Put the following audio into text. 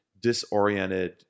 disoriented